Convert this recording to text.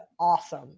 awesome